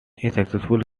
successful